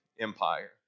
empire